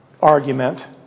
argument